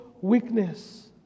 weakness